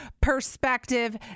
perspective